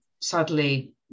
sadly